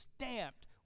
stamped